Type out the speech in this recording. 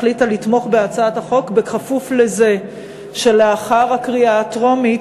החליטה לתמוך בהצעת החוק בכפוף לזה שלאחר הקריאה הטרומית